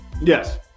yes